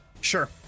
Sure